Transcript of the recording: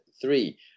three